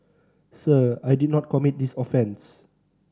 sir I did not commit this offence